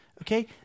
okay